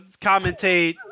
commentate